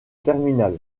terminal